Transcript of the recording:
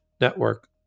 network